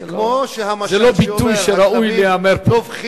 זה לא ביטוי שראוי להיאמר פה.